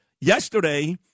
Yesterday